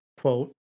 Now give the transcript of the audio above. quote